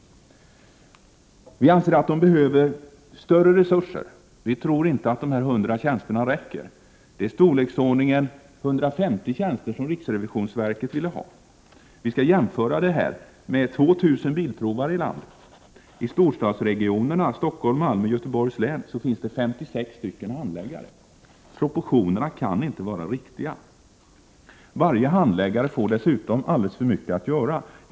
Vi anser att de behöver större resurser. Vi tror att de planerade 100 tjänsterna inte räcker. Det är omkring 150 tjänster som riksrevisionsverket ville ha. Vi skall jämföra detta med att det finns 2 000 bilprovare i landet. I storstadsregionerna, Stockholm, Malmö och Göteborg, finns 56 handläggare. Proportionerna kan inte vara riktiga! Varje handläggare får alldeles för mycket att göra.